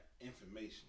information